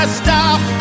stop